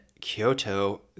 Kyoto